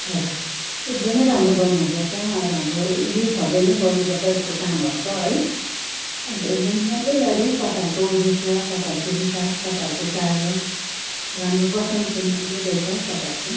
हजुर एकदमै राम्रो गर्नु हुँदो रहेछ अरू हाम्रो युथहरूले नै गर्नु पर्छ यस्तो कामहरू त है अन्त एकदम राम्रो लाग्यो तपाईँहरूको उद्देश्य तपाईँहरूको विचार तपाईँहरूको कार्य राम्रो प्रशंसनीय पनि रहेछ तपाईँहरूको